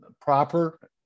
proper